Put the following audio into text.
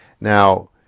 Now